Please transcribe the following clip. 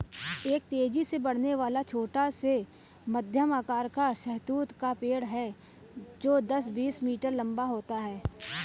एक तेजी से बढ़ने वाला, छोटा से मध्यम आकार का शहतूत का पेड़ है जो दस, बीस मीटर लंबा होता है